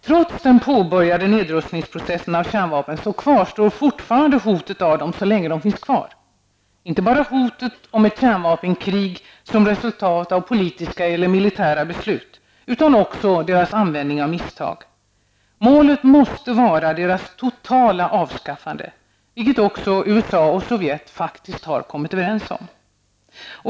Trots den påbörjade processen med nedrustning av kärnvapnen kvarstår fortfarande hotet av dem så länge de finns kvar -- inte bara hotet om ett kärnvapenkrig som ett resultat av politiska eller militära beslut utan också hotet om deras användning av misstag. Målet måste vara kärnvapens totala avskaffande, vilket USA och Sovjet faktiskt har kommit överens om.